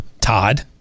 Todd